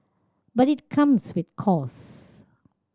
but it comes with costs